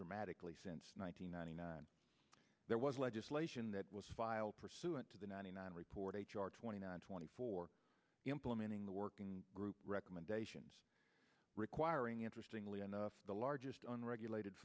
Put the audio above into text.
dramatically since one thousand ninety nine there was legislation that was filed pursuant to the ninety nine report h r twenty nine twenty four implementing the working group recommendations requiring interesting lee enough the largest unregulated